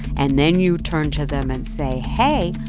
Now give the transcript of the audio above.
and then you turn to them and say, hey,